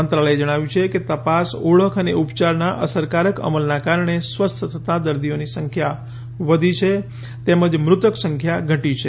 મંત્રાલયે જણાવ્યું છે કે તપાસ ઓળખ અને ઉપયારના અસરકારક અમલના કારણે સ્વસ્થ થતા દર્દીઓની સંખ્યા વધી છે તેમજ મૃતક સંખ્યા ઘટી છે